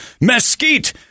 mesquite